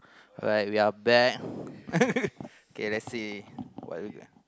like we are back okay let's see what we got